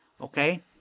Okay